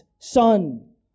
Son